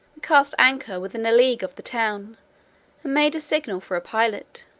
cast anchor within a league of the town, and made a signal for a pilot.